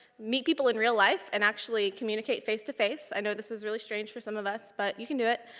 meet people in real life and actually communicate face to face. i know this is really strange for some of us, but you can do it.